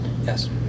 Yes